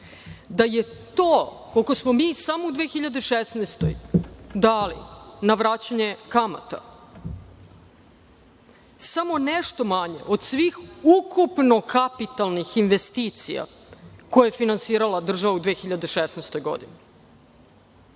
je to, koliko smo samo mi u 2016. godini dali na vraćanje kamata, samo nešto manje od svih ukupno kapitalnih investicija koje je finansirala država u 2016. godini,